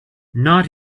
not